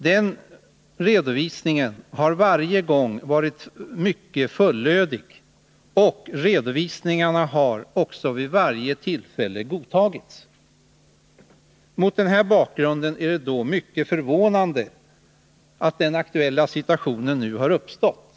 Varje gång har redovisningen varit lika fullödig, och vid varje tillfälle har den godtagits. Mot den bakgrunden är det mycket förvånande att den nu aktuella situationen har uppstått.